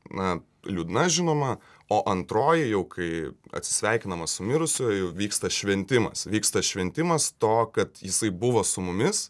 na liūdna žinoma o antroji jau kai atsisveikinama su mirusiuoju vyksta šventimas vyksta šventimas to kad jisai buvo su mumis